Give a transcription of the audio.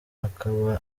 akaba